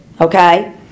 Okay